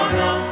no